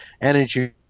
energy